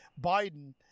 Biden